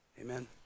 Amen